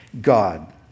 God